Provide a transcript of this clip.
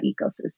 ecosystem